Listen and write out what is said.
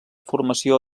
formació